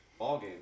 ballgame